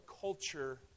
culture